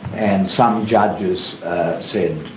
and some judges said,